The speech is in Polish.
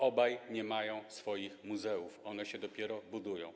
Obaj nie mają swoich muzeów, one się dopiero budują.